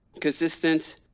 consistent